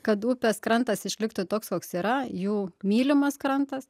kad upės krantas išliktų toks koks yra jų mylimas krantas